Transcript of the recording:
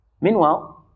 Meanwhile